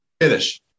finish